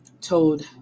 told